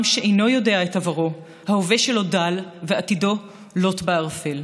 "עם שאינו יודע את עברו ההווה שלו דל ועתידו לוט בערפל".